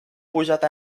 posat